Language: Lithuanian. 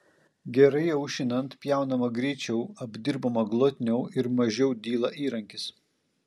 gerai aušinant pjaunama greičiau apdirbama glotniau ir mažiau dyla įrankis